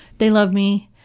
they love me,